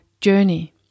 journey